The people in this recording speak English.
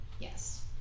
yes